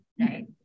Right